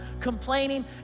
complaining